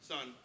Son